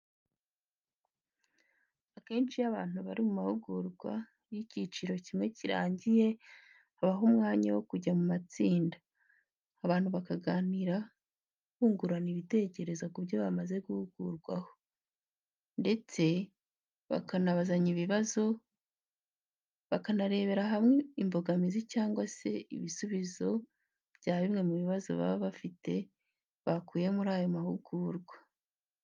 Akenshi iyo abantu bari mu mahugurwa, iyo icyiciro kimwe kirangiye habaho umwanya wo kujya mu matsinda abantu bakaganira bungurana ibitekerezo ku byo bamaze guhugurwaho ndetse bakanabazanya ibibazo, bakanarebera hamwe imbogamizi cyangwa se ibisubizo bya bimwe mu bibazo baba bafite bakuye muri ayo mahugurwa.